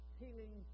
healing